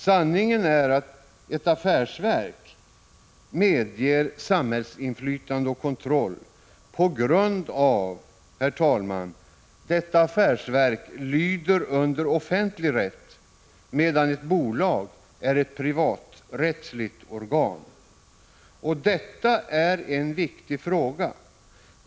Sanningen är att ett affärsverk medger samhällsinflytande och kontroll på grund av att detta affärsverk, herr talman, lyder under offentlig rätt, medan ett bolag är ett privaträttsligt organ. Detta är en viktig fråga.